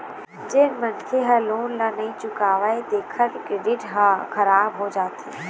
जेन मनखे ह लोन ल नइ चुकावय तेखर क्रेडिट ह खराब हो जाथे